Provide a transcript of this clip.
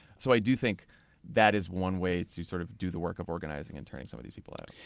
so i do think that is one way to sort of do the work of organizing and turning some of these people out.